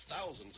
thousands